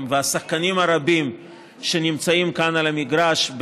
והשחקנים הרבים שנמצאים כאן על המגרש,